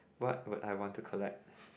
what would I want to collect